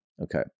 Okay